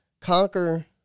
conquer